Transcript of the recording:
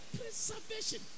Preservation